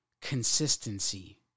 consistency